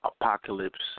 Apocalypse